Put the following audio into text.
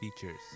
features